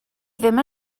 ddim